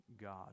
god